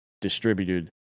distributed